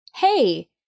Hey